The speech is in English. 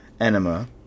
Enema